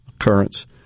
occurrence